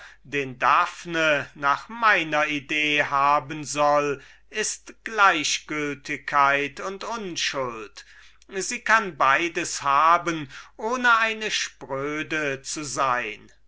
den daphne nach meiner idee haben soll ist gleichgültigkeit und unschuld sie kann beides haben ohne eine spröde zu sein